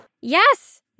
Yes